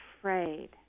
afraid